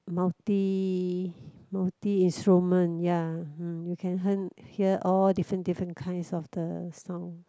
multi multi instrument ya hmm you can haen~ hear all different different kinds of the sound